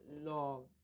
long